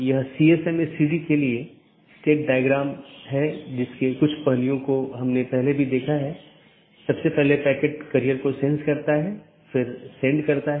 metric पर कोई सार्वभौमिक सहमति नहीं है जिसका उपयोग बाहरी पथ का मूल्यांकन करने के लिए किया जा सकता है